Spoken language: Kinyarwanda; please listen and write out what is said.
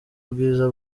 ubwiza